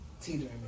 teetering